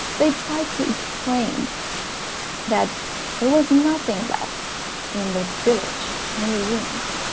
they tried to explain that there was nothing left in that village, only ruins